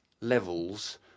levels